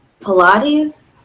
Pilates